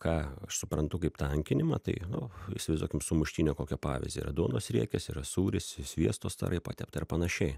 ką aš suprantu kaip tankinimą tai nu įsivaizduokim sumuštinio kokio pavyzį duonos riekės yra sūris i sviesto storai patepta ir panašiai